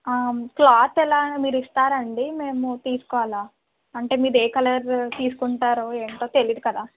cloth ఎలా మీరు ఇస్తారా అండి మేము తీసుకోవాలా అంటే మీది ఏ కలర్ తీసుకుంటారో ఏంటో తెలియదు కదా